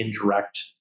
indirect